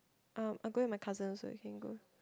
uh I go with my cousin so you can go